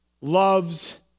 loves